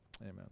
amen